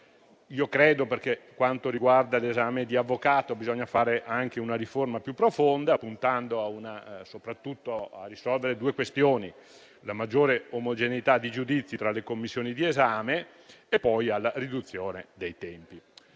di esami, perché per quanto riguarda l'esame da avvocato bisogna fare anche una riforma più profonda, puntando soprattutto a risolvere due questioni: la necessità di una maggiore omogeneità di giudizio tra le commissioni di esame e la riduzione dei tempi.